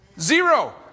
Zero